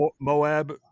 Moab